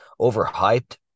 overhyped